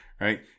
Right